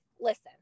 listen